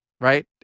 right